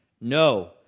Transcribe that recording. no